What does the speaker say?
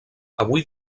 avui